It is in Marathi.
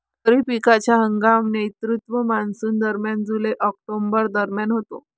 खरीप पिकांचा हंगाम नैऋत्य मॉन्सूनदरम्यान जुलै ऑक्टोबर दरम्यान होतो